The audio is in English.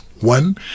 One